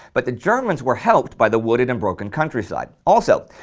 but the germans were helped by the wooded and broken countryside. also,